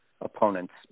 opponents